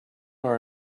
are